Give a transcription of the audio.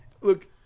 look